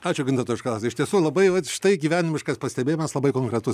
ačiū gintautai už klausimą iš tiesų labai vat štai gyvenimiškas pastebėjimas labai konkretus